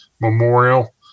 Memorial